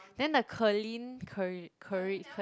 then the Ker-Lin